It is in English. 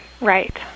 right